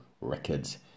records